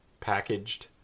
packaged